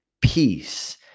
peace